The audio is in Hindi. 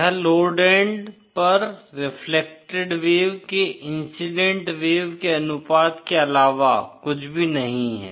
यह लोड एंड पर रेफेलक्टेड वेव के इंसिडेंट वेव के अनुपात के अलावा कुछ भी नहीं है